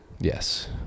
yes